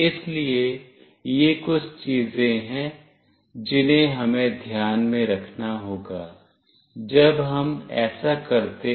इसलिए ये कुछ चीजें हैं जिन्हें हमें ध्यान में रखना होगा जब हम ऐसा करते हैं